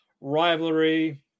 rivalry